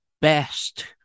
best